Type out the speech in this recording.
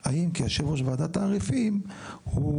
אדוני, חישוב התעריף הוא לא